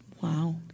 Wow